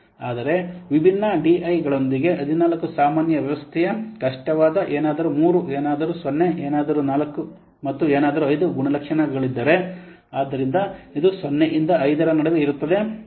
ಆದರೆ ವಿಭಿನ್ನ ಡಿಐಗಳೊಂದಿಗಿನ 14 ಸಾಮಾನ್ಯ ವ್ಯವಸ್ಥೆಯ ಕಷ್ಟವಾದ ಏನಾದರೂ 3 ಏನಾದರೂ 0 ಏನಾದರೂ 4 ಮತ್ತು ಏನಾದರೂ 5 ಗುಣಲಕ್ಷಣಗಳಿದ್ದರೆ ಆದ್ದರಿಂದ ಇದು 0 ರಿಂದ 5 ರ ನಡುವೆ ಇರುತ್ತದೆ